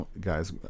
guys